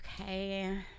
Okay